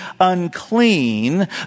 unclean